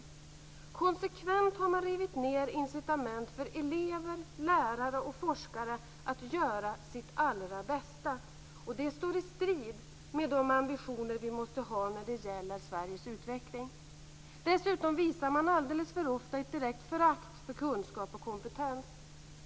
Man har konsekvent rivit ned incitament för elever, lärare och forskare att göra sitt allra bästa. Det står i strid med de ambitioner som vi måste ha när det gäller Sveriges utveckling. Dessutom visar man alldeles för ofta ett direkt förakt för kunskap och kompetens.